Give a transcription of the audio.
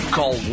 Call